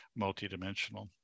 multidimensional